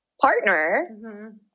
partner